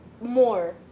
More